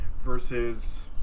versus